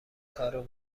کارو